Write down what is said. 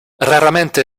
raramente